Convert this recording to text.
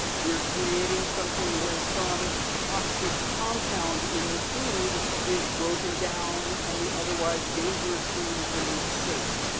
we're creating something where some toxic compound in the food is broken down, and the otherwise dangerous food is made safe.